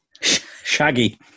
Shaggy